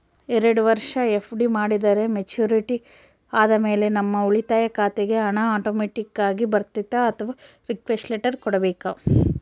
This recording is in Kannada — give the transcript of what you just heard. ಎರಡು ವರುಷ ಎಫ್.ಡಿ ಮಾಡಿದರೆ ಮೆಚ್ಯೂರಿಟಿ ಆದಮೇಲೆ ನಮ್ಮ ಉಳಿತಾಯ ಖಾತೆಗೆ ಹಣ ಆಟೋಮ್ಯಾಟಿಕ್ ಆಗಿ ಬರ್ತೈತಾ ಅಥವಾ ರಿಕ್ವೆಸ್ಟ್ ಲೆಟರ್ ಕೊಡಬೇಕಾ?